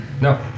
No